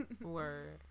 word